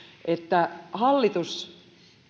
että hallitus